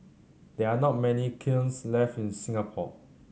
there are not many kilns left in Singapore